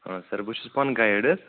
آ سَر بہٕ چھُس پانہٕ گایِڈ حظ